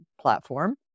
platform